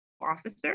officer